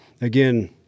again